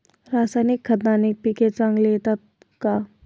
रासायनिक खताने पिके चांगली येतात का?